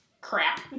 crap